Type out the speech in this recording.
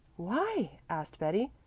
why? asked betty.